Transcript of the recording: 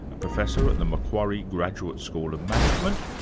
a professor at the macquarie graduate school of management,